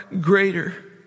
greater